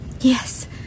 Yes